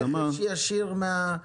וגם תלכו לרכש ישיר מהחקלאי.